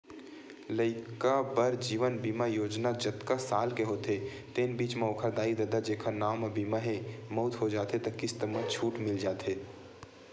लइका बर जीवन बीमा योजना जतका साल के होथे तेन बीच म ओखर दाई ददा जेखर नांव म बीमा हे, मउत हो जाथे त किस्त म छूट मिल जाथे